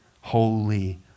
holy